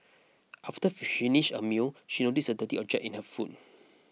after finished her meal she noticed a dirty object in her food